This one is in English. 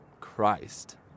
Christ